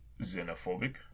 xenophobic